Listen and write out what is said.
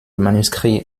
manuscrit